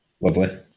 Lovely